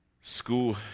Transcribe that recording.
school